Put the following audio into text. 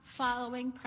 following